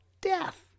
Death